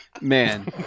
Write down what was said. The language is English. man